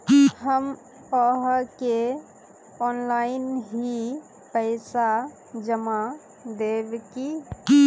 हम आहाँ के ऑनलाइन ही पैसा जमा देब की?